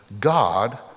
God